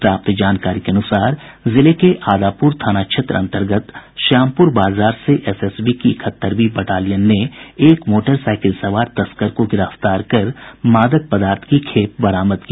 प्राप्त जानकारी के अनुसार जिले के आदापुर थाना क्षेत्र अन्तर्गत श्यामपुर बाजार से एसएसबी की इकहत्तरवीं बटालियन ने एक मोटरसाईकिल सवार तस्कर को गिरफ्तार कर मादक पदार्थ की खेप बरामद की